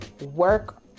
work